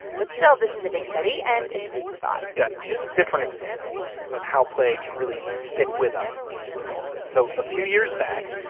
but still, this is a big study. and it's food for thought yeah, here's a different example of how play can really stick with us into adulthood. so a few years back,